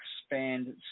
expand